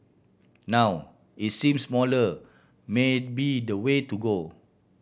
now it seem smaller may be the way to go